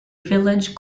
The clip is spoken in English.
village